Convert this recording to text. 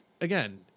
again